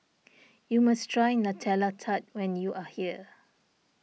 you must try Nutella Tart when you are here